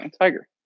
tiger